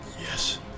Yes